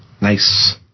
Nice